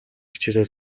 хичээлээ